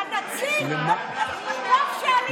טוב שעלית.